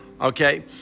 okay